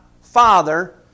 Father